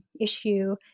issue